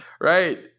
right